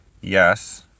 yes